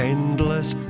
Endless